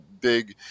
big